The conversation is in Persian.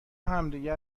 همدیگه